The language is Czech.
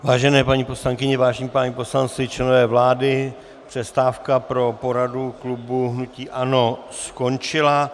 Vážené paní poslankyně, vážení páni poslanci, členové vlády, přestávka pro poradu klubu hnutí ANO skončila.